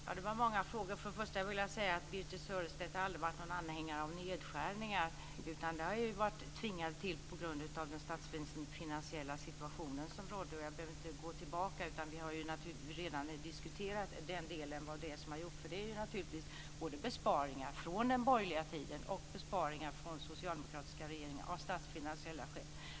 Herr talman! Det var många frågor. Först vill jag säga att Birthe Sörestedt aldrig har varit någon anhängare av nedskärningar, utan dessa har vi varit tvingade till på grund av den statsfinansiella situation som rådde. Jag behöver inte gå in på den. Vi har redan diskuterat vad som har gjorts i det avseendet. Det var fråga om besparingar både från den borgerliga tiden och sådana som den socialdemokratiska regeringen gjorde av statsfinansiella skäl.